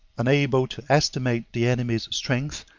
unable to estimate the enemy's strength,